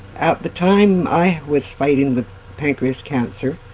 at the time i was fighting the pancreas cancer,